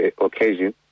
occasion